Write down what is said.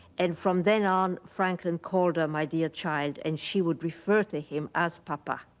and from then on, franklin called her my dear child, and she would refer to him as papa.